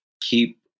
keep